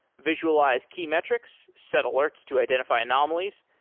visualize key metrics, set alerts to identify anomalies,